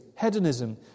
hedonism